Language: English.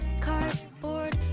Cardboard